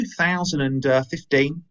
2015